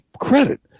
credit